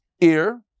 ear